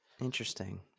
Interesting